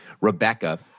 Rebecca